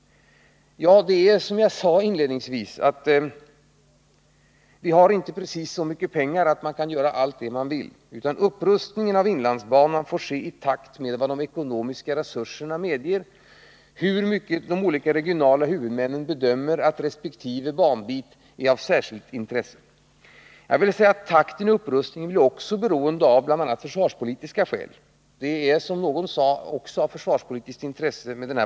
Som jag sade inledningsvis har vi inte så mycket pengar att man kan göra allt det som man vill. Upprustningen av inlandsbanan får ske i takt med vad de ekonomiska resurserna medger, och i enlighet med den bedömning som de olika regionala huvudmännen gör när det gäller vilket intresse varje särskild banbit är av. Takten i upprustningen blir också beroende av bl.a. försvarspolitiska omständigheter. Den här banan är, som någon sade, också av försvarspolitiskt intresse.